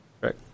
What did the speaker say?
Right